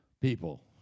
people